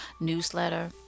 newsletter